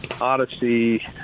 Odyssey